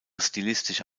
stilistische